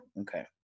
Okay